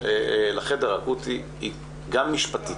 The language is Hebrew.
לחדר אקוטי היא גם משפטית.